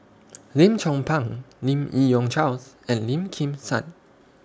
Lim Chong Pang Lim Yi Yong Charles and Lim Kim San